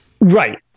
right